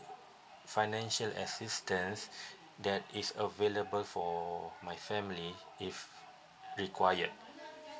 financial assistance that is available for my family if required